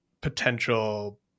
potential